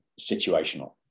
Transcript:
situational